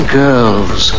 girls